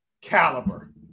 caliber